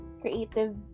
creative